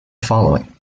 following